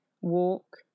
walk